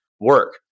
work